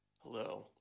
Hello